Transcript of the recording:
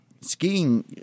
Skiing